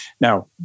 Now